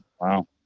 Wow